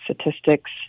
statistics